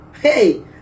Hey